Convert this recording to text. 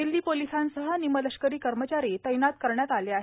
दिल्ली पोलीसांसह निमलष्करी कर्मचारी तैनात राहणार आहे